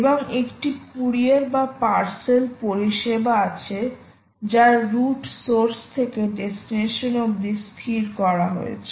এবং একটি কুরিয়ার বা পার্সেল পরিষেবা আছে যার রুট সোর্স থেকে ডেস্টিনেশন অব্দি স্থির করা রয়েছে